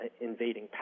invading